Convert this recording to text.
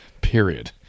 period